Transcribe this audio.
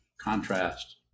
contrast